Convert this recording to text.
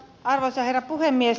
arvoisa herra puhemies